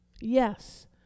yes